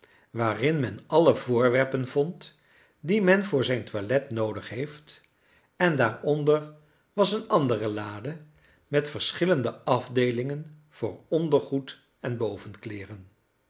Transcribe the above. waarin men alle voorwerpen vond die men voor zijn toilet noodig heeft en daaronder was een andere lade met verschillende afdeelingen voor ondergoed en